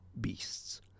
beasts